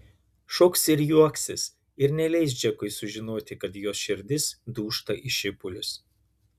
šoks ir juoksis ir neleis džekui sužinoti kad jos širdis dūžta į šipulius